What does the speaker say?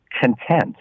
content